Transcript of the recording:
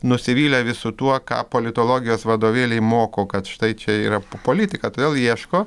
nusivylė visu tuo ką politologijos vadovėliai moko kad štai čia yra po politika todėl ieško